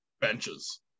benches